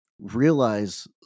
realize